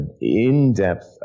in-depth